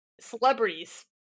celebrities